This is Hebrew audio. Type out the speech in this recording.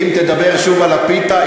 אם תדבר שוב על הפיתה,